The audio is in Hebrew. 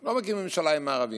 לא מקים ממשלה עם הערבים.